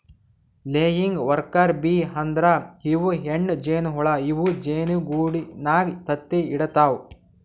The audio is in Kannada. ಲೆಯಿಂಗ್ ವರ್ಕರ್ ಬೀ ಅಂದ್ರ ಇವ್ ಹೆಣ್ಣ್ ಜೇನಹುಳ ಇವ್ ಜೇನಿಗೂಡಿನಾಗ್ ತತ್ತಿ ಇಡತವ್